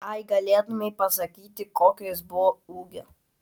ai galėtumei pasakyti kokio jis buvo ūgio